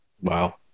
Wow